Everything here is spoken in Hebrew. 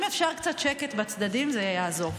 אם אפשר קצת שקט בצדדים זה יעזור.